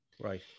Right